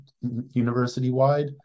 university-wide